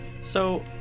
So-